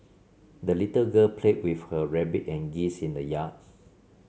the little girl played with her rabbit and geese in the yard